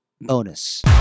bonus